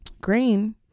green